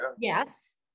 yes